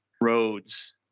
roads